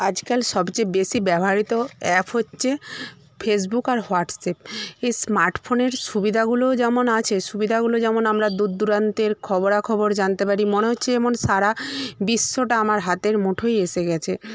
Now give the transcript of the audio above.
আজকাল সবচেয়ে বেশি ব্যবহৃত অ্যাপ হচ্ছে ফেসবুক আর হোয়াটস্যাপ এই স্মার্টফোনের সুবিধাগুলোও যেমন আছে সুবিধাগুলো যেমন আমরা দূরদূরান্তের খবরাখবর জানতে পারি মনে হচ্ছে যেমন সারা বিশ্বটা আমার হাতের মুঠোয় এসে গেচে